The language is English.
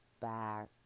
back